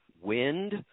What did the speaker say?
wind